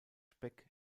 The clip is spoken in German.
speck